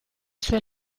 sue